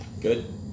Good